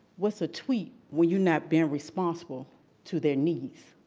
what's a tweet when you're not being responsible to their needs?